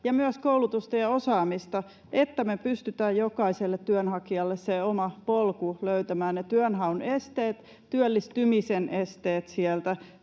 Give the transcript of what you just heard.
ja myös koulutusta ja osaamista, lisätään sillä tavalla, että me pystymme jokaiselle työnhakijalle sen oman polun löytämään. Ne työnhaun esteet, työllistymisen esteet sieltä